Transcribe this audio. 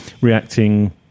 reacting